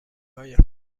های